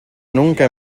nunca